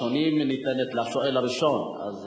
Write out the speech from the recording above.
הראשונים ניתנת לשואל הראשון.